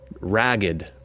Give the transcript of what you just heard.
Ragged